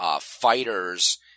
Fighters